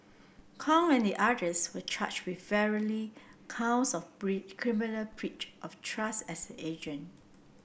Kong and the others were charged with varying counts of criminal breach of trust as an agent